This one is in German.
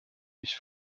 nicht